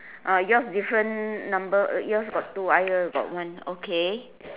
uh yours different number yours got two I got one okay